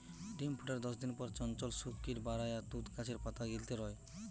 ডিম ফুটার দশদিন পর চঞ্চল শুক কিট বারায় আর তুত গাছের পাতা গিলতে রয়